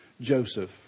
Joseph